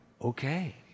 okay